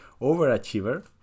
overachiever